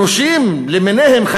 שנושים למיניהם,